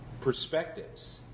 perspectives